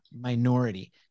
minority